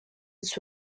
its